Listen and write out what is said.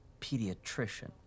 pediatrician